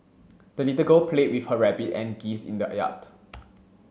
the little girl played with her rabbit and geese in the yard